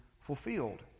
fulfilled